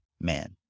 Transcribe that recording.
man